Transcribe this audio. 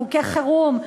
חוקי חירום,